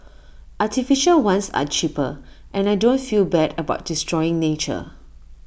artificial ones are cheaper and I don't feel bad about destroying nature